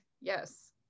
yes